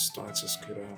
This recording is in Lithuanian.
situacijos kai yra